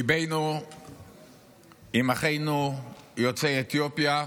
ליבנו עם אחינו יוצאי אתיופיה,